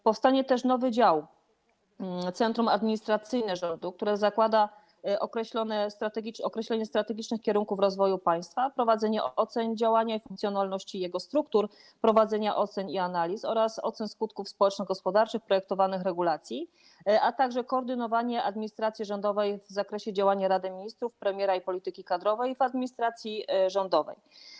Powstanie też nowy dział: centrum administracyjne rządu, który zakłada określanie strategicznych kierunków rozwoju państwa, prowadzenie ocen działania i funkcjonalności jego struktur, prowadzenia analiz oraz ocen skutków społeczno-gospodarczych projektowanych regulacji, a także koordynowanie administracji rządowej w zakresie działania Rady Ministrów, premiera i polityki kadrowej w administracji rządowej.